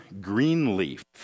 Greenleaf